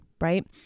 right